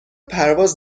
پرواز